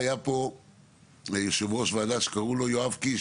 היה פה יושב-ראש ועדה שקראו לו יואב קיש,